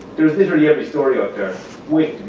there is literally every story out there waiting